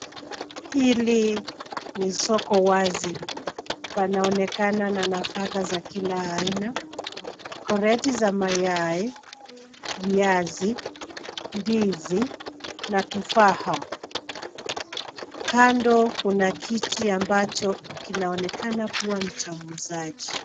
Hili ni soko wazi panaonekana na nafaka ya kila aina kreti za mayai, viazi, ndizi na tufaha kando kuna kiti ambacho kinaonekana kuwa ni cha muuzaji.